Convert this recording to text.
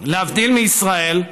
להבדיל מישראל,